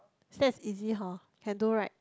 Stats easy hor can do right